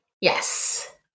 yes